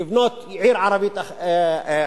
לבנות עיר ערבית חדשה,